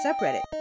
subreddit